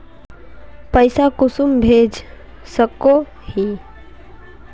पैसा कुंसम भेज सकोही?